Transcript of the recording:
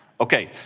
Okay